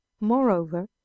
moreover